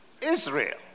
Israel